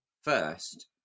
First